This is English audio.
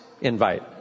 invite